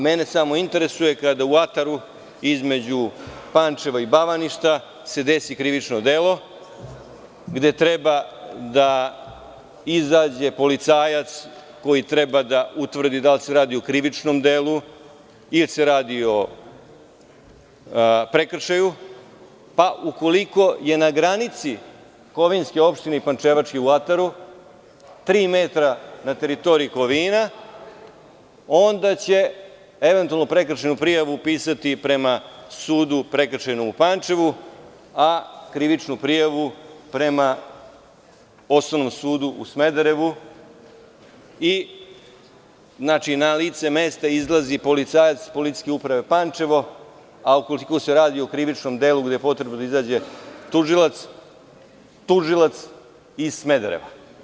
Mene samo interesuje kada se u ataru između Pančeva i Bavaništa desi krivično delo i izađe policajac koji treba da utvrdi da li se radi o krivičnom delu ili prekršaju, pa ukoliko je na granici kovinske opštine i pančevačke u ataru, tri metra na teritoriji Kovina onda će eventualno prekršajnu prijavu pisati prema Prekršajnom sudu u Pančevu, a krivičnu prijavu prema Osnovnom sudu u Smederevu i na lice mesto izlazi policajac iz Policijske uprave Pančevo, a ako se radi o krivičnom delu onda je potrebno da dođe tužilac iz Smedereva.